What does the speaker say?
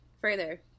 further